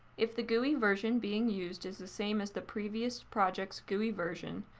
if the gui version being used is the same as the previous project's gui version,